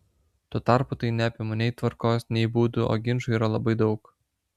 tuo tarpu tai neapima nei tvarkos nei būdų o ginčų yra labai daug